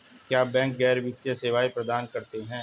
क्या बैंक गैर वित्तीय सेवाएं प्रदान करते हैं?